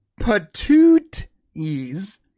patooties